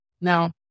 Now